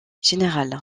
général